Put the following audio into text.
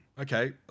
Okay